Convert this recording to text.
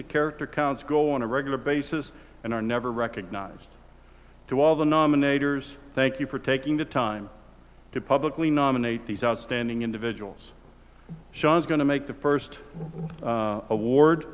the character counts go on a regular basis and are never recognized to all the nominators thank you for taking the time to publicly nominate these outstanding individuals sean is going to make the first award